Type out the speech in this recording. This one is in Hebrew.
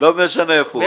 לא משנה איפה הוא.